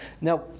now